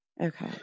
Okay